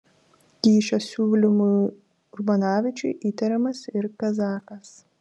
kyšio siūlymu urbonavičiui įtariamas ir kazakas